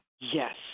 Yes